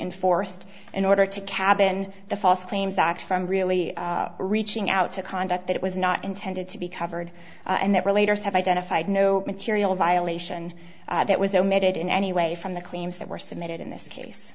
enforced in order to cabin the false claims act from really reaching out to conduct that it was not intended to be covered and that related have identified no material violation that was omitted in any way from the claims that were submitted in this case